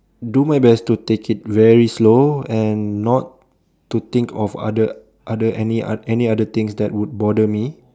do my best to take it very slow and not to think of other other any other things that would bother me